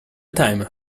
time